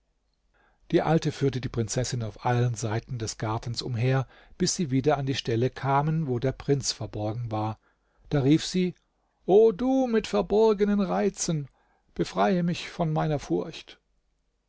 die alte führte die prinzessin auf allen seiten des gartens umher bis sie wieder an die stelle kamen wo der prinz verborgen war da rief sie o du mit verborgenen reizen befreie mich von meiner furcht